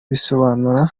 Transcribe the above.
bisobanura